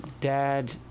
dad